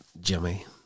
Jimmy